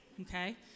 okay